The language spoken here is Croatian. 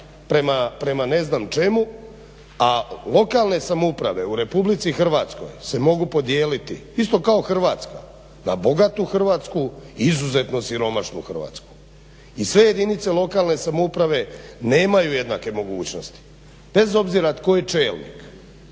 prema ne znam čemu, a lokalne samouprave u Republici Hrvatskoj se mogu podijeliti isto kao Hrvatska na bogatu Hrvatsku i izuzetno siromašnu Hrvatsku. I sve jedinice lokalne samouprave nemaju jednake mogućnosti, bez obzira tko je čelnik.